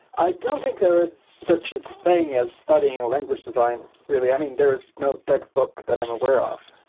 i don't think there is such a thing as studying a language design. really, i mean, there is no textbook that i'm aware of.